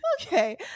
okay